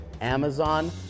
Amazon